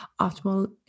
optimal